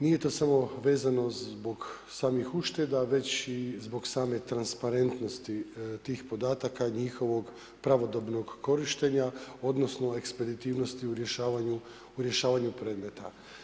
Nije to samo vezano zbog samih ušteda, već i zbog same transparentnosti tih podataka i njihovog pravodobnog korištenja, odnosno ekspeditivnosti u rješavanju predmeta.